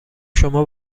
شما